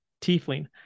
tiefling